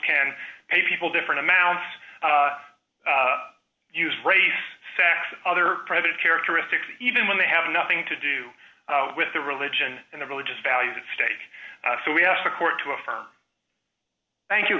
can pay people different amounts use race sex and other private characteristics even when they have nothing to do with the religion and the religious values that stated so we asked the court to affirm thank you